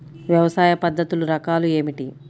వ్యవసాయ పద్ధతులు రకాలు ఏమిటి?